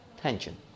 tension